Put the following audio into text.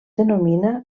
denomina